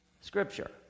Scripture